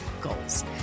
goals